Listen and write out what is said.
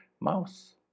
mouse